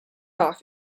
off